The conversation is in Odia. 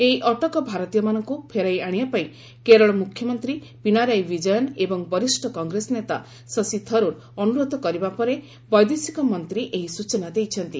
ଏହି ଅଟକ ଭାରତୀୟମାନଙ୍କୁ ଫେରାଇ ଆଶିବାପାଇଁ କେରଳ ମୁଖ୍ୟମନ୍ତ୍ରୀ ପିନାରାଇ ବିଜୟନ୍ ଏବଂ ବରିଷ୍ଣ କଂଗ୍ରେସ ନେତା ଶଶି ଥରୁର୍ ଅନୁରୋଧ କରିବା ପରେ ବୈଦେଶିକ ମନ୍ତ୍ରୀ ଏହି ସ୍ୱଚନା ଦେଇଛନ୍ତି